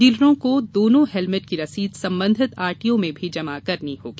डीलरों को दोनों हेलमेट की रसीद संबंधित आरटीओ में भी जमा करनी होगी